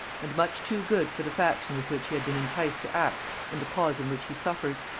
and much too good for the faction with which he had been enticed to act and the cause in which he suffered.